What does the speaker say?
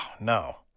no